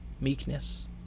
meekness